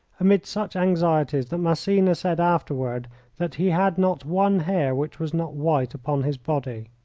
amid such anxieties that massena said afterward that he had not one hair which was not white upon his body.